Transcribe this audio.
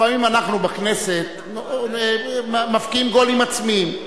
לפעמים אנחנו בכנסת מבקיעים גולים עצמיים.